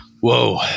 Whoa